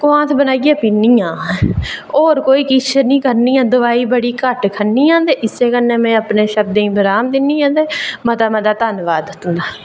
कोआंथ बनाइयै पीनी आं ते होर किश निं करनी आं ते दोआई बड़ी घट्ट खन्नी आं इस कन्नै गै में अपने शब्दें गी विराम दिन्नी आं ते मता मता धन्नबाद तुंदा